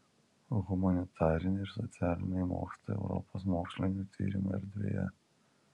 humanitariniai ir socialiniai mokslai europos mokslinių tyrimų erdvėje